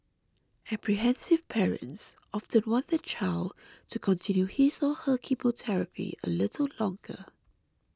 apprehensive parents often want their child to continue his or her chemotherapy a little longer